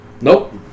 Nope